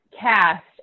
cast